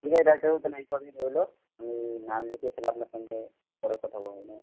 ঠিক আছে ডাক্তারবাবু তাহলে এই কথাই রইলো আমি নাম লিখিয়ে তাহলে আপনার সঙ্গে পরে কথা বলে নেবো